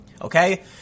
okay